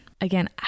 Again